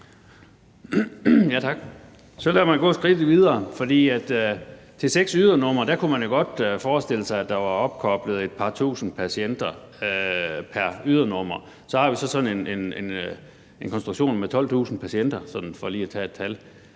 Tak. Så lad mig gå skridtet videre. For til seks ydernumre kunne man jo godt forestille sig at der var opkoblet et par tusinde patienter pr. ydernummer. Så har vi altså sådan en konstruktion med 12.000 patienter – for lige at tage et tal.